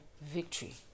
victory